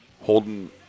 holding